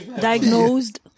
Diagnosed